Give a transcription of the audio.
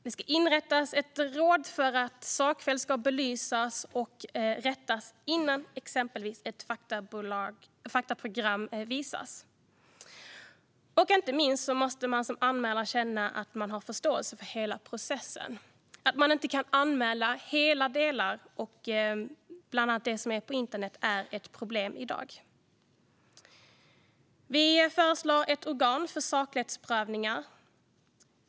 Det ska inrättas ett råd för att sakfel ska kunna belysas och rättas innan exempelvis ett faktaprogram visas. Inte minst måste man som anmälare känna att man har förståelse för hela processen. Bland annat det faktum att man inte kan anmäla hela delar, som det som är på internet, är ett problem i dag. Vi föreslår ett organ för saklighetsprövningar.